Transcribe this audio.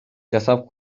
жасап